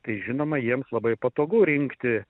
tai žinoma jiems labai patogu rinkti